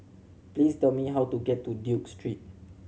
please tell me how to get to Duke Street